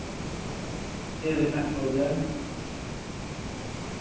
ᱪᱮᱫ ᱞᱮᱠᱟᱱ ᱯᱨᱚᱵᱞᱮᱢ